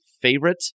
favorite